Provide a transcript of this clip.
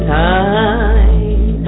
time